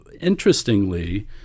interestingly